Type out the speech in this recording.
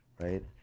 Right